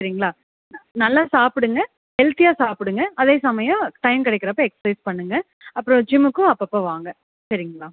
சரிங்ளா நல்லா சாப்பிடுங்க ஹெல்த்தியாக சாப்பிடுங்க அதே சமயம் டைம் கிடைக்கறப்ப எக்சசைஸ் பண்ணுங்க அப்புறோம் ஜிம்முக்கும் அப்போப்போ வாங்க சரிங்ளா